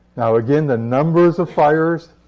now, again, the numbers of fires,